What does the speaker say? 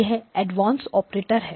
यह advanced operators है